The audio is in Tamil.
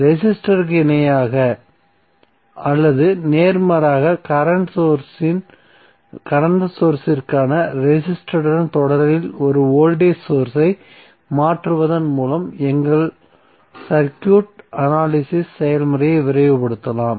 ரெசிஸ்டருக்கு இணையாக அல்லது நேர்மாறாக கரண்ட் சோர்ஸ் இற்கான ரெசிஸ்டருடன் தொடரில் ஒரு வோல்டேஜ் சோர்ஸ் ஐ மாற்றுவதன் மூலம் எங்கள் சர்க்யூட் அனலிசிஸ் செயல்முறையை விரைவுபடுத்தலாம்